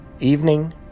evening